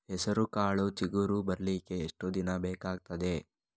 ಹೆಸರುಕಾಳು ಚಿಗುರು ಬರ್ಲಿಕ್ಕೆ ಎಷ್ಟು ದಿನ ಬೇಕಗ್ತಾದೆ?